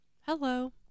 Hello